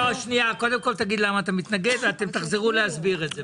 קודם תגיד למה אתה מתנגד ואחר כך תחזרו להסביר את זה.